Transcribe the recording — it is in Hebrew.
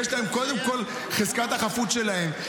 יש להם, קודם כול, את חזקת החפות שלהם.